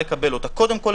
קודם כול,